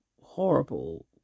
horrible